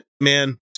Man